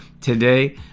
Today